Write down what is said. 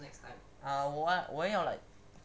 ah 我要 like